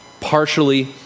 partially